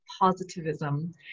Positivism